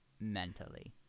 Mentally